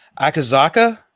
Akazaka